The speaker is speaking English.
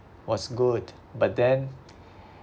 was good but then